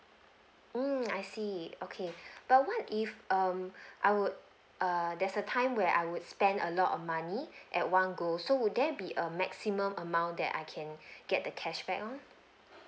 mm I see okay but what if um I would err there's a time where I would spend a lot of money at one go so would there be a maximum amount that I can get the cashback on